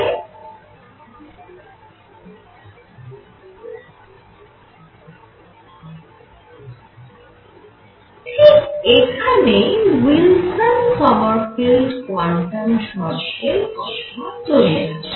ঠিক এখানেই Wilson Sommerfeld quantum শর্তের কথা চলে আসে